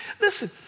Listen